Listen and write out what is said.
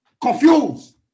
confused